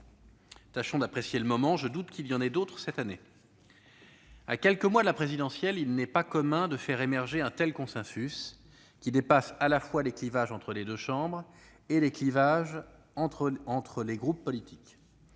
Tâchons d'apprécier le moment : je doute qu'il y en ait d'autres cette année ! À quelques mois de l'élection présidentielle, il n'est pas commun de faire émerger un tel consensus, qui dépasse les clivages ordinaires entre les deux chambres comme entre les groupes politiques.